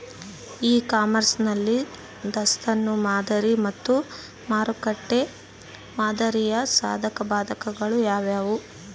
E commerce ನಲ್ಲಿ ದಾಸ್ತನು ಮಾದರಿ ಮತ್ತು ಮಾರುಕಟ್ಟೆ ಮಾದರಿಯ ಸಾಧಕಬಾಧಕಗಳು ಯಾವುವು?